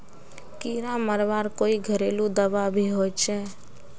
कीड़ा मरवार कोई घरेलू दाबा भी होचए?